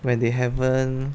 when they haven't